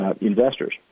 investors